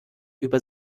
über